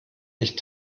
nicht